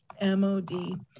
MOD